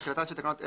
תחילתן של תקנות אלה,